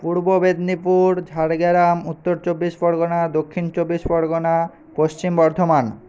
Purba Medinipur Jhargram Uttar Chabbish Pargana Dakshin Chabbish Pargana Paschim Bardhaman